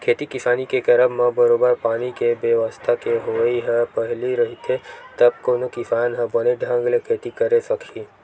खेती किसानी के करब म बरोबर पानी के बेवस्था के होवई ह पहिली रहिथे तब कोनो किसान ह बने ढंग ले खेती करे सकही